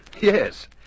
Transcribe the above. Yes